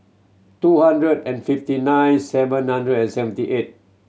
two hundred and fifty nine seven hundred and seventy eight